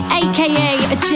aka